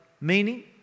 meaning